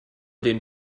den